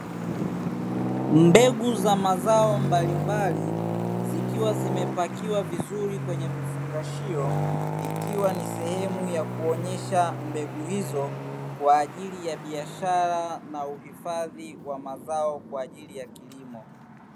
Mbegu za mazao mbalimbali zikiwa zimepakiwa kwenye vifungashio, ikiwa ni sehemu ya kuonyesha mbegu hizo kwa ajili ya biashara na uhifadhi wa mazao kwa ajili ya kilimo.